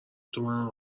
تومن